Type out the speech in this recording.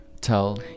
Tell